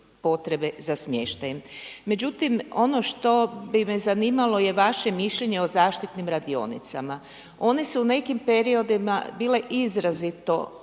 potrebe za smještajem. Međutim, ono što bi me zanimalo je vaše mišljenje o zaštitnim radionicama. One su u neki periodima bile izrazito